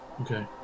Okay